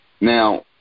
Now